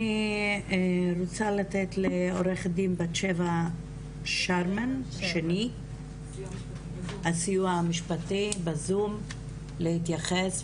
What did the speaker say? אני רוצה לתת לעוה"ד בת שבע שרמן שני מהסיוע המשפטי בזום להתייחס,